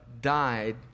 died